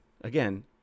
Again